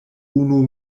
unu